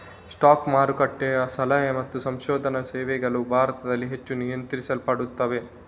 stock ಮಾರುಕಟ್ಟೆಯ ಸಲಹಾ ಮತ್ತು ಸಂಶೋಧನಾ ಸೇವೆಗಳು ಭಾರತದಲ್ಲಿ ಹೆಚ್ಚು ನಿಯಂತ್ರಿಸಲ್ಪಡುತ್ತವೆ